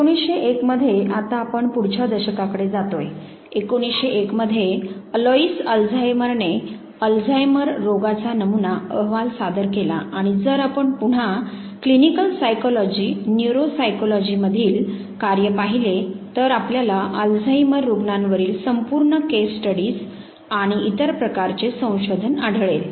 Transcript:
1901 मध्ये आता आपण पुढच्या दशकाकडे जातोय 1901 मध्ये अलोइस अल्झायमरने अल्झायमर रोगाचा नमुना अहवाल सादर केला आणि जर आपण पुन्हा क्लिनिकल सायकोलॉजी न्यूरोसायकोलॉजी मधील कार्य पाहिले तर आपल्याला अल्झाइमर रूग्णांवरील संपूर्ण केस स्टडीज आणि इतर प्रकारचे संशोधन आढळेल